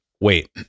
wait